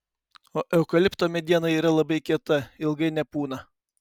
o eukalipto mediena yra labai kieta ilgai nepūna